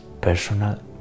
personal